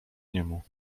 niemu